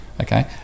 Okay